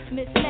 Miss